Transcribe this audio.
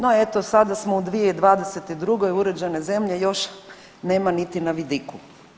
No, eto sada smo u 2022. uređene zemlje još nema niti na vidiku.